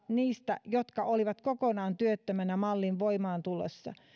niistä jotka olivat kokonaan työttömänä mallin tullessa voimaan